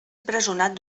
empresonat